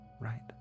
right